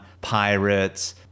pirates